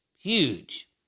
Huge